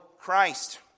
Christ